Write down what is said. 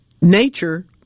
nature